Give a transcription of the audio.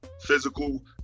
physical